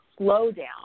slowdown